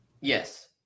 Yes